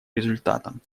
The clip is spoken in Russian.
результатом